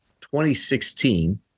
2016